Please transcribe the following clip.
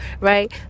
right